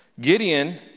Gideon